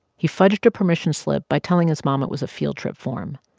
he fudged a permission slip by telling his mom it was a field trip form,